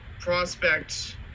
prospect